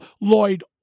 Lloyd